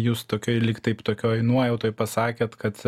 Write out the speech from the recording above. jūs tokioj lyg taip tokioj nuojautoj pasakėt kad